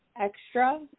extra